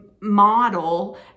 model